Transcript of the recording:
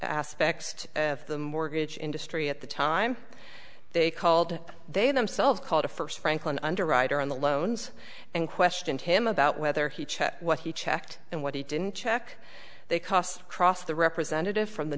aspects of the mortgage industry at the time they called they themselves called a first franklin underwriter on the loans and questioned him about whether he checked what he checked and what he didn't check they cost cross the representative from the